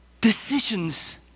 decisions